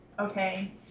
Okay